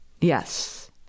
Yes